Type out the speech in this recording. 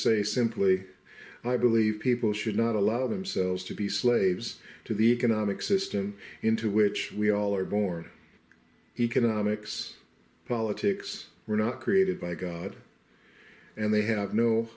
say simply i believe people should not allow themselves to be slaves to the economic system into which we all are born economics politics were not created by god and they have no